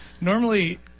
Normally